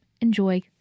Enjoy